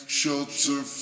shelter